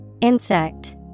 Insect